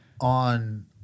on